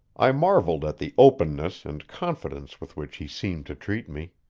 i marveled at the openness and confidence with which he seemed to treat me.